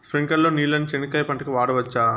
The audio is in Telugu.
స్ప్రింక్లర్లు నీళ్ళని చెనక్కాయ పంట కు వాడవచ్చా?